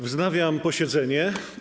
Wznawiam posiedzenie.